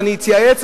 ואני אתייעץ.